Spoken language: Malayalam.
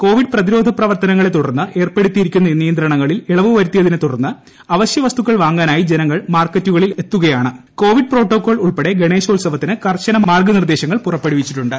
കോവിഡ് പ്രതിരോധ പ്രവർത്തനങ്ങളൂർത്തുടർന്ന് ഏർപ്പെടുത്തിയിരുന്ന നിയന്ത്രണങ്ങളിൽ ഇളവ് വരുത്തിയതിനെ തുടർന്ന് അവശ്യ വസ്തുക്കൾ മ്മൂങ്ങാനായി ജനങ്ങൾ മാർക്കറ്റുകളിൽ എത്തുകയാണ്ട് ക്കോവിഡ് പ്രോട്ടോക്കോൾ ഉൾപ്പെടെ ഗണേശോത്സവിത്തിന് കർശന മാർഗ്ഗനിർദ്ദേശങ്ങൾ പുറപ്പെടുവിച്ചിട്ടുണ്ട്